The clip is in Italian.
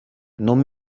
non